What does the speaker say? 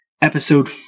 episode